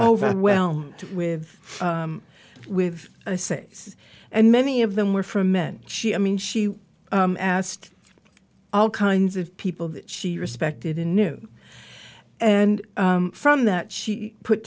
overwhelmed with with i say this and many of them were from men she i mean she asked all kinds of people that she respected and knew and from that she put